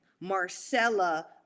Marcella